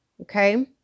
Okay